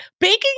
Baking